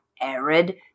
arid